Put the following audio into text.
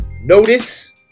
Notice